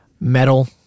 metal